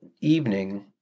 evening